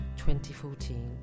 2014